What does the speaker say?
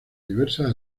diversas